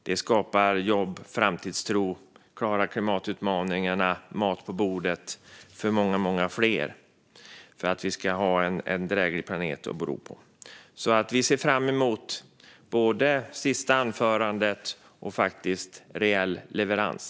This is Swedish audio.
Det skapar jobb och framtidstro, det klarar klimatutmaningarna och det ger mat på bordet för många fler. Så måste det vara om vi ska ha en dräglig planet att bo på. Vi ser fram emot både det sista anförandet och reell leverans.